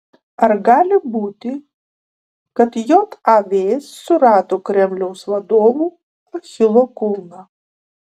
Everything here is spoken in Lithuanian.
ar gali būti kad jav surado kremliaus vadovų achilo kulną